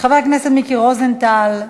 חבר הכנסת מיקי רוזנטל,